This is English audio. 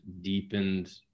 deepened